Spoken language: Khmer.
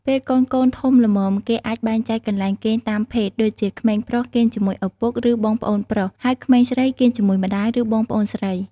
ពេលកូនៗធំល្មម គេអាចបែងចែកកន្លែងគេងតាមភេទ ដូចជាក្មេងប្រុសគេងជាមួយឪពុក ឬបងប្អូនប្រុស ហើយក្មេងស្រីគេងជាមួយម្តាយ ឬបងប្អូនស្រី។